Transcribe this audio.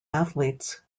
athletes